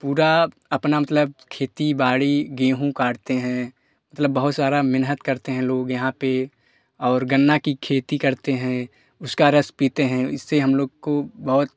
पूर अपना मतलब खेती बाड़ी गेहूँ काटते हैं मतलब बहुत सारा मेहनत करते हैं लोग यहाँ पर और गन्ना की खेती करते हैं उसका रस पीते हैं इससे हम लोग को बहुत